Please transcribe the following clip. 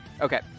Okay